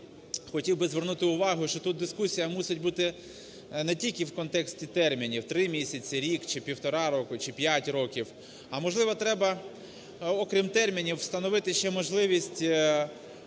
хотів би звернути увагу, що тут дискусія мусить бути не тільки в контексті термінів – 3 місяці, рік чи півтора року, чи 5 років – а можливо, треба, окрім термінів, встановити ще можливість